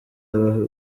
aba